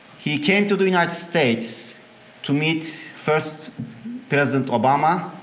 he came to the united states to meet first president obama,